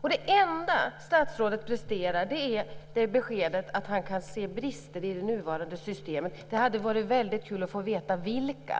Och det enda statsrådet presterar är beskedet att han kan se brister i det nuvarande systemet. Det hade varit väldigt kul att få veta vilka.